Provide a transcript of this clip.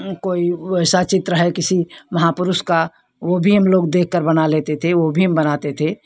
कोई वैसा चित्र है किसी महापुरुष का वो भी हम लोग देख कर बना लेते थे वो भी हम बनाते थे